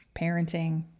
parenting